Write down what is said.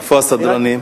איפה הסדרנים?